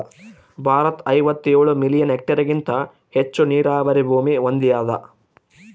ಭಾರತ ಐವತ್ತೇಳು ಮಿಲಿಯನ್ ಹೆಕ್ಟೇರ್ಹೆಗಿಂತ ಹೆಚ್ಚು ನೀರಾವರಿ ಭೂಮಿ ಹೊಂದ್ಯಾದ